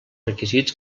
requisits